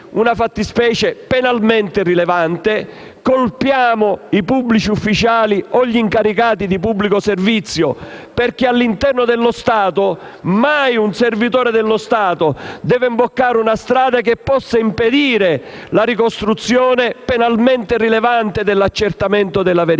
una fattispecie penalmente rilevante. Colpiamo i pubblici ufficiali o gli incaricati di pubblico servizio, perché all'interno dello Stato mai un servitore dello Stato deve imboccare una strada che possa impedire la ricostruzione penalmente rilevante dell'accertamento della verità.